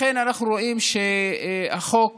אנחנו רואים שהחוק